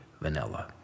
vanilla